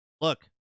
look